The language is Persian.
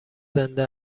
زنده